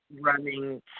running